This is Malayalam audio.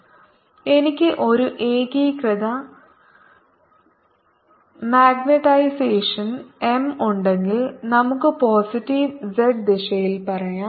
Binside0 Bapplied Binduced എനിക്ക് ഒരു ഏകീകൃത മാഗ്നൈസേഷൻ M ഉണ്ടെങ്കിൽ നമുക്ക് പോസിറ്റീവ് z ദിശയിൽ പറയാം